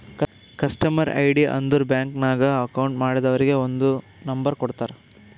customer ID ಅಂದುರ್ bank ನಾಗ್ account ಮಾಡ್ದವರಿಗ್ ಒಂದ್ ನಂಬರ್ ಕೊಡ್ತಾರ್